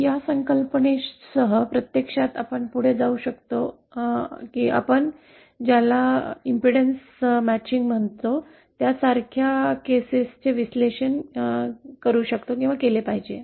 या संकल्पनेसह प्रत्यक्षात आपण पुढे जाणवू शकतो की आपण ज्याला प्रतिबाधा जुळवणारा म्हणतो त्यासारख्या घटनांचे विश्लेषण केले पाहिजे